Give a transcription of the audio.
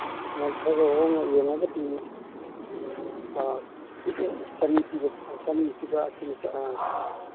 ꯍꯣꯏ ꯈꯔ ꯈꯔ ꯍꯣꯡꯅ ꯌꯦꯡꯉꯒ ꯄꯤꯅꯤ ꯂꯨꯄꯥ ꯆꯅꯤ ꯄꯤꯕ ꯆꯅꯤ ꯄꯤꯕ